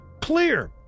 clear